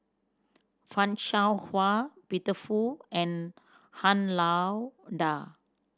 Fan Shao Hua Peter Fu and Han Lao Da